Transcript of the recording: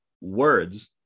words